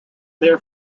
there